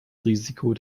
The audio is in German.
risiko